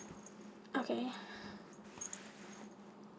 okay